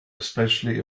especially